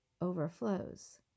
overflows